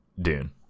Dune